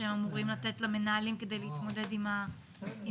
שהם אמורים לתת למנהלים כדי להתמודד עם העניין.